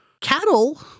Cattle